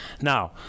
Now